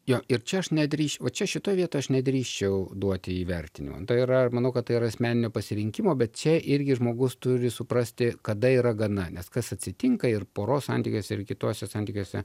jo ir čia aš nedrįsčiau va čia šitoj vietoj aš nedrįsčiau duoti įvertinimą tai yra manau kad tai yra asmeninio pasirinkimo bet čia irgi žmogus turi suprasti kada yra gana nes kas atsitinka ir poros santykiuose ir kituose santykiuose